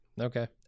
Okay